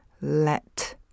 Let